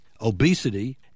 obesity